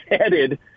headed